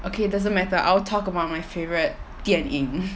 okay doesn't matter I'll talk about my favourite 电影